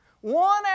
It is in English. one